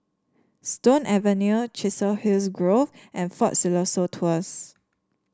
Stone Avenue Chiselhurst Grove and Fort Siloso Tours